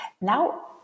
now